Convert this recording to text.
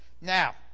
Now